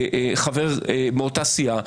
חבר מאותה סיעה,